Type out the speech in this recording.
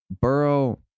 Burrow